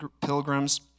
pilgrims